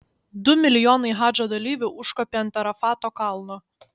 du milijonai hadžo dalyvių užkopė ant arafato kalno